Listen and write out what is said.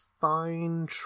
fine